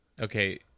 Okay